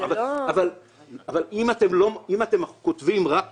אבל אם אתם כותבים רק